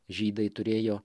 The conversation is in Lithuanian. žydai turėjo